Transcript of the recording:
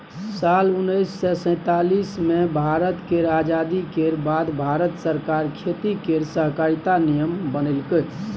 साल उन्नैस सय सैतालीस मे भारत केर आजादी केर बाद भारत सरकार खेती केर सहकारिता नियम बनेलकै